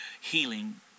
healing